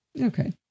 Okay